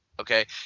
Okay